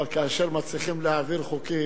אבל כאשר מצליחים להעביר חוקים,